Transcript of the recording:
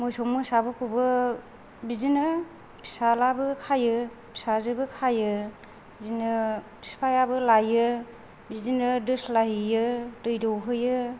मोसौ मोसाफोरखौबो बिदिनो फिसाज्लाबो खायो फिसाजोबो खायो बिदिनो बिफायाबो लायो बिदिनो दोस्लायहैयो दै दौहैयो